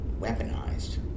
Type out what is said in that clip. weaponized